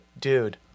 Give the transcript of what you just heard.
dude